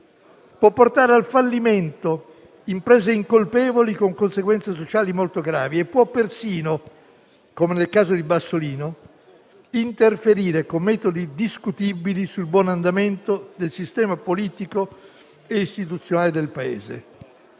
può portare al fallimento imprese incolpevoli, con conseguenze sociali molto gravi e può persino, come nel caso di Bassolino, interferire con metodi discutibili sul buon andamento del sistema politico e istituzionale del Paese.